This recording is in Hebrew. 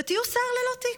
ותהיו שר ללא תיק.